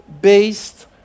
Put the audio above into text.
based